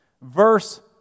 Verse